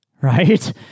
right